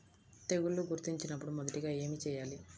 తెగుళ్లు గుర్తించినపుడు మొదటిగా ఏమి చేయాలి?